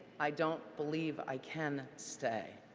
i don't believe i can stay.